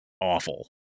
awful